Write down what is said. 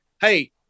Hey